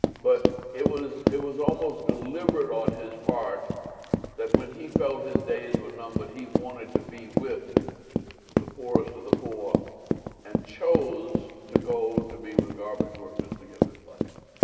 but it was it was almost deliberate on his part that when he felt his days were numbered, he wanted to be with the poorest of the poor and chose to go to be with garbage workers to give his life.